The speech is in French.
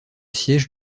siège